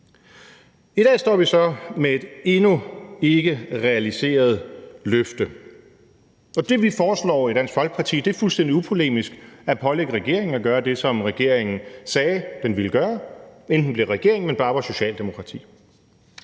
I dag står vi så med et endnu ikke realiseret løfte. Det, vi foreslår i Dansk Folkeparti, er fuldstændig upolemisk at pålægge regeringen at gøre det, som regeringen sagde den ville gøre, inden den blev regering, men bare var Socialdemokratiet.